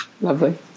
Lovely